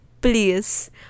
please